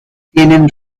tienen